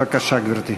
בבקשה, גברתי.